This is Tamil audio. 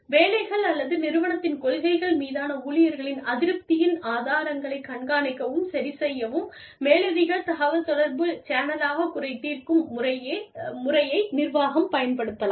வேலைகள் அல்லது நிறுவனத்தின் கொள்கைகள் மீதான ஊழியர்களின் அதிருப்தியின் ஆதாரங்களைக் கண்காணிக்கவும் சரிசெய்யவும் மேலதிக தகவல் தொடர்பு சேனலாக குறை தீர்க்கும் முறையை நிர்வாகம் பயன்படுத்தலாம்